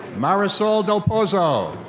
marisol delpozo.